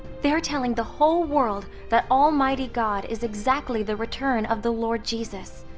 they're telling the whole world that almighty god is exactly the return of the lord jesus.